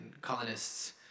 colonists